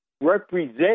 represent